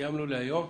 סיימנו להיום.